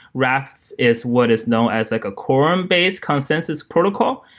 raft is what is known as like a quorum based consensus protocol,